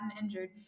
injured